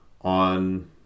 on